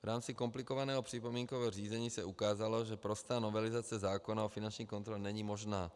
V rámci komplikovaného připomínkového řízení se ukázalo, že prostá novelizace zákona o finanční kontrole není možná.